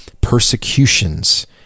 persecutions